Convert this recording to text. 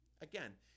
Again